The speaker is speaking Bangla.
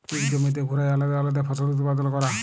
ইক জমিতে ঘুরায় আলেদা আলেদা ফসল উৎপাদল ক্যরা